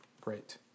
great